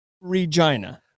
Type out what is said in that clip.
Regina